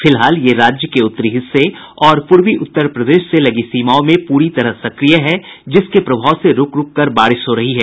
फिलहाल ये राज्य के उत्तरी हिस्से और पूर्वी उत्तर प्रदेश से लगी सीमाओं में पूरी तरह सक्रिय है जिसके प्रभाव से रूक रूक कर बारिश हो रही है